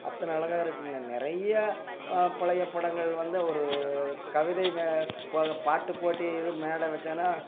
அத்தனை அழகாக இருக்குங்க நிறையா பழைய படங்கள் வந்து ஒரு கவிதை மே போது பாட்டுப் போட்டி இது மேடை வெச்சோன்னா